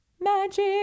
magic